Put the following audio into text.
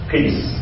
Peace